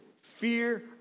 fear